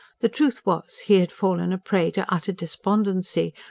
the truth was, he had fallen a prey to utter despondency,